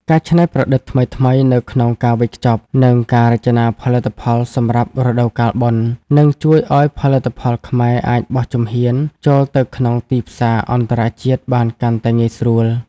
ការច្នៃប្រឌិតថ្មីៗនៅក្នុងការវេចខ្ចប់ និងការរចនាផលិតផលសម្រាប់រដូវកាលបុណ្យ នឹងជួយឱ្យផលិតផលខ្មែរអាចបោះជំហានចូលទៅក្នុងទីផ្សារអន្តរជាតិបានកាន់តែងាយស្រួល។